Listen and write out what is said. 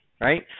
right